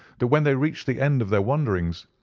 that when they reached the end of their wanderings,